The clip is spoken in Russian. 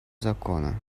закона